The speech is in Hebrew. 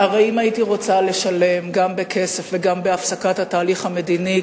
הרי אם הייתי רוצה לשלם גם בכסף וגם בהפסקת התהליך המדיני,